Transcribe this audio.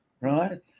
right